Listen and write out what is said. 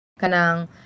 kanang